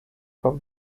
for